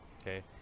okay